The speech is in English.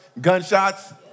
gunshots